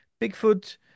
bigfoot